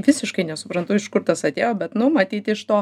visiškai nesuprantu iš kur tas atėjo bet nu matyt iš to